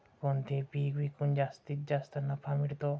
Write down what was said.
कोणते पीक विकून जास्तीत जास्त नफा मिळतो?